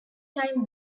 time